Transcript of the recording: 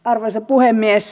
arvoisa puhemies